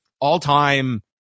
all-time